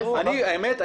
האמת,